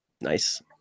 Nice